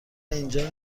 اینجا